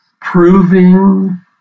proving